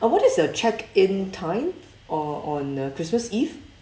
uh what is your check in time o~ on uh christmas eve